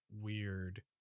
weird